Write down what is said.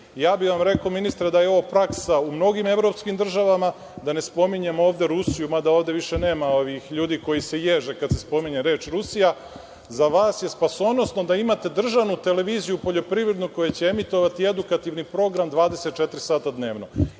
bih vam rekao, ministre, da je ovo praksa u mnogim evropskim državama, da ne spominjem ovde Rusiju, mada ovde više nema ljudi koji se ježe kada se spominje reč Rusija. Za vas je spasonosno da imate državnu televiziju poljoprivrednu koja će emitovati edukativni program 24 sata dnevno. Mislim